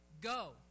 go